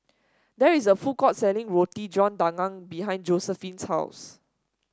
there is a food court selling Roti John Daging behind Josephine's house